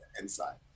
inside